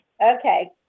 Okay